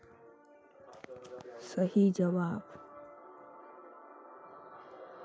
मुझे पिछले दस दिनों की लेन देन की मिनी स्टेटमेंट देखनी है